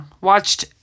watched